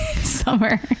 summer